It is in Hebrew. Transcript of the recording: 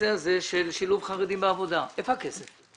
איפה הכסף?